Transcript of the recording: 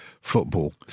football